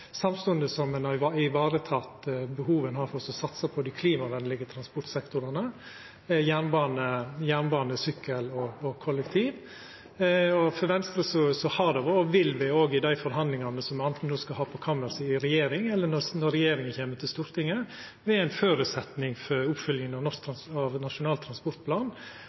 samstundes som ein har vareteke behovet ein har for å satsa på dei klimavenlege transportsektorane, jernbane, sykkel og kollektivtrafikk. For Venstre har ein føresetnad for oppfølginga av Nasjonal transportplan vore – og det vil det òg vera i dei forhandlingane som me anten skal ha på kammerset i regjeringa, eller når regjeringa kjem til Stortinget – at ein har ei minst like tung satsing på den klimavenlege delen av